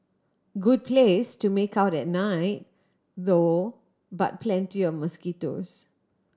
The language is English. good place to make out at night though but plenty of mosquitoes